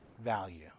value